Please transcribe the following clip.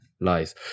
lies